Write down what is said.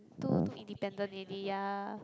too too independent already ya